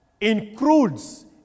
includes